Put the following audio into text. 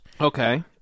okay